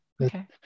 okay